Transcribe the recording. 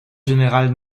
général